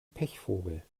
pechvogel